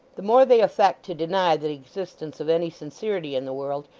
the more they affect to deny the existence of any sincerity in the world,